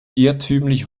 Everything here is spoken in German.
irrtümlich